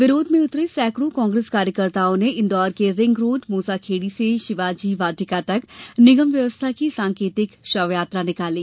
विरोध में उतरे सैकड़ो कांग्रेस कार्यकर्ताओ ने इंदौर के रिंग रोड मूसाखेड़ी से शिवाजी वाटिका तक निगम व्यवस्था की सांकेतिक शवयात्रा निकाली